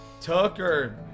Tucker